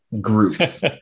groups